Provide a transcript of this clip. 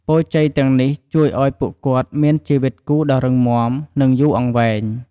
ពរជ័យទាំងនេះជួយឲ្យពួកគាត់មានជីវិតគូដ៏រឹងមាំ និងយូរអង្វែង។